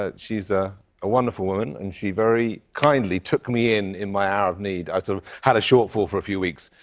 ah she's ah a wonderful woman. and she very kindly took me in, in my hour of need. i sort of had a shortfall for a few weeks.